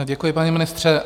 Děkuji, pane ministře.